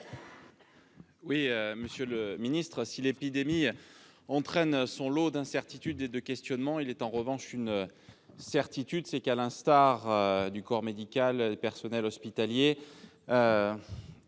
Monsieur le ministre, si l'épidémie engendre son lot d'incertitudes et de questionnements, il est en revanche une certitude, c'est que, à l'instar du corps médical, des personnels hospitaliers,